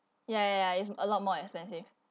ya ya ya it's a lot more expensive